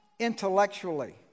intellectually